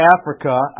Africa